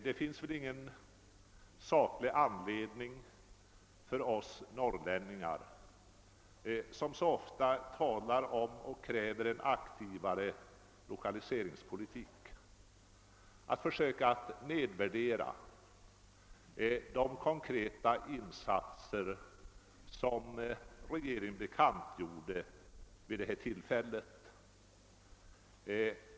Det finns väl ingen saklig anledning för oss norrlänningar, som så ofta talar om och kräver en mera aktiv lokaliseringspolitik, att försöka nedvärdera de konkreta insatser som regeringen bekantgjorde vid nämnda tillfälle.